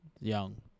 Young